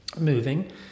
moving